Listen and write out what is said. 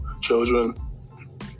children